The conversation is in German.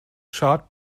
schad